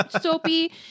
soapy